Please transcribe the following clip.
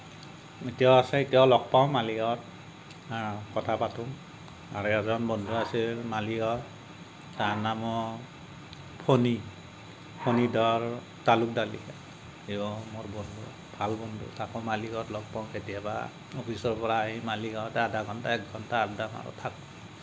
এতিয়াও আছে এতিয়াও লগ পাওঁ মালিগাঁৱত কথা পাতোঁ আৰু এজন বন্ধু আছে মালিগাঁৱত তাৰ নামো ফণি ফণিধৰ তালুকদাৰ লিখে সিও মোৰ বন্ধু ভাল বন্ধু তাকো মালিগাঁৱত লগ পাওঁ কেতিয়াবা অফিচৰ পৰা আহি মালিগাঁৱতে আধা ঘণ্টা এঘণ্টা আদ্দা মাৰোঁ